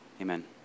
Amen